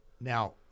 now